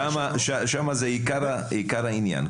שם זה עיקר העניין,